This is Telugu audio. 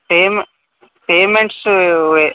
పేమె పేమెంట్సు